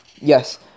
yes